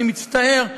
אני מצטער,